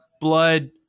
blood